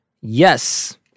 yes